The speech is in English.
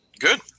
good